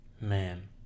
Man